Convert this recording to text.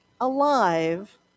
alive